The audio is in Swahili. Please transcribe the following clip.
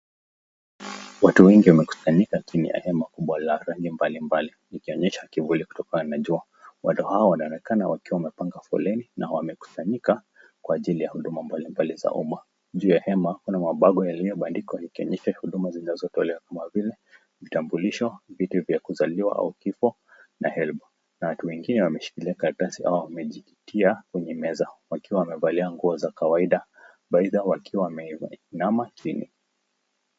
Watu wengi wamekusanyika chini ya hema kubwa la rangi mbalimbali likionyesha kivuli kutokana na jua. Watu hawa wanaonekana wakiwa wamepanga foleni, na wamekusanyika kwa ajili ya huduma mbalimbali ya umma. Juu ya hema kuna mabango yaliyobandikwa ikionyesha huduma zinatolewa kama vile, vitambulisho, vyeti vya kuzaliwa au kifo na HELP na watu wengine wameshikilia karatasi ama wamejitia kwenye meza wakiwa wamevalia nguo za kawaida wakiwa wameinama chini.